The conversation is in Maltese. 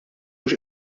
mhux